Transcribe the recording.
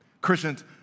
Christians